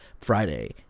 Friday